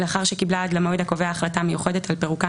לאחר שקיבלה עד למועד הקובע החלטה מיוחדת על פירוקה